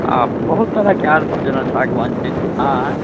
आओर बहुत तरहके आओर सब जेना सागवान छै